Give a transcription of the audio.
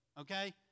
Okay